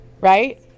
right